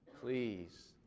please